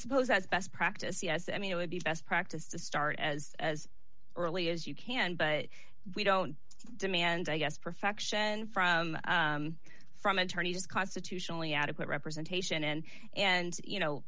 suppose as best practice yes i mean it would be best practice to start as early as you can but we don't demand i guess perfection from from attorneys is constitutionally adequate representation and and you know